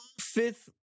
fifth